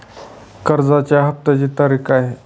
कर्जाचा हफ्त्याची तारीख काय आहे?